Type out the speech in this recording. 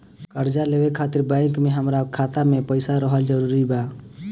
कर्जा लेवे खातिर बैंक मे हमरा खाता मे पईसा रहल जरूरी बा?